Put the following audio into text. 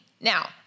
Now